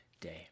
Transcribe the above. day